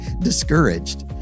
discouraged